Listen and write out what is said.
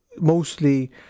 mostly